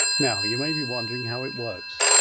now you may be wondering how it works,